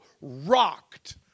rocked